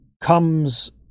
comes